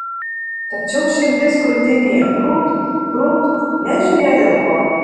tačiau širdis krūtinėje krūpt krūpt nežinia dėl ko